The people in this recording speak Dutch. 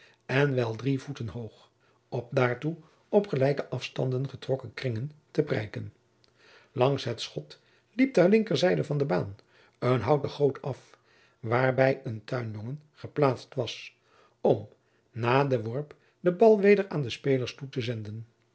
en wel drie voeten hoog op daartoe op gelijke afstanden getrokken kringen te prijken langs het schot liep ter linkerzijde van de baan een houten goot af waarbij een tuinjongen geplaatst was om na den worp den bal weder aan de spelers toe te zenden